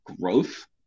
growth